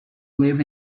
living